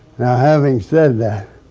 now having said that